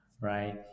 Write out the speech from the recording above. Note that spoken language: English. right